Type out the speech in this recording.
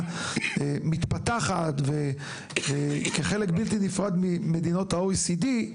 מתפתחת וכחלק בלתי נפרד ממדינות ה-OECD.